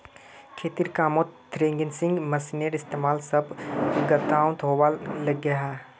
खेतिर कामोत थ्रेसिंग मशिनेर इस्तेमाल सब गाओंत होवा लग्याहा